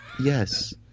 yes